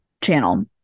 channel